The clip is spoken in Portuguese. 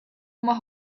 uma